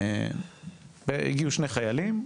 והגיעו שני חיילים,